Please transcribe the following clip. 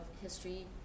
history